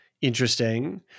Interesting